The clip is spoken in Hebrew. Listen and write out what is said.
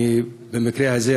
במקרה הזה,